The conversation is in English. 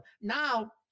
now